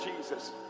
Jesus